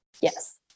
Yes